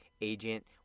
agent